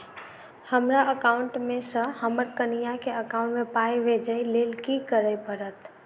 हमरा एकाउंट मे सऽ हम्मर कनिया केँ एकाउंट मै पाई भेजइ लेल की करऽ पड़त?